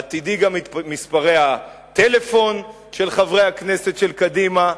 את תדעי גם את מספרי הטלפון של חברי הכנסת של קדימה,